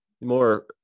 more